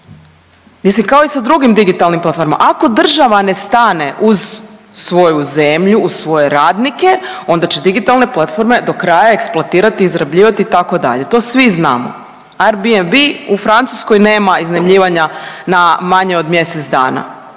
Mislim kao i s drugim digitalnim platformama. Ako država ne stane uz svoju zemlju, uz svoje radnike onda će digitalne platforme dokraja eksploatirati i izrabljivati itd., to svi znamo Airbnb u Francuskoj nema iznajmljivanja na manje od mjesec dana.